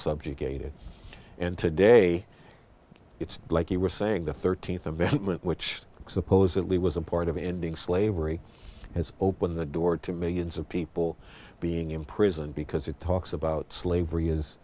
subjugated and today it's like you were saying the thirteenth amendment which supposedly was a part of ending slavery and open the door to millions of people being imprisoned because it talks about slavery is